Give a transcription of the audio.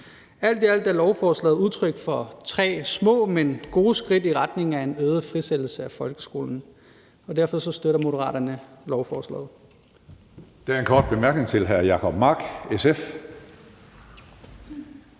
Alt i alt er lovforslaget udtryk for tre små, men gode skridt i retning af en øget frisættelse af folkeskolen, og derfor støtter Moderaterne lovforslaget.